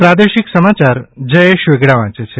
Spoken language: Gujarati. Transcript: પ્રાદેશિક સમાચાર જયેશ વેગડા વાંચે છે